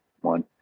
one